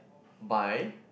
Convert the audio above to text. by